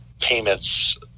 payments